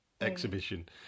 exhibition